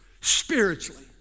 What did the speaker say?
spiritually